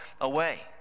away